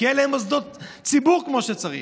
אין להם מוסדות ציבור כמו שצריך.